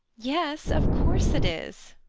yes, of course it is.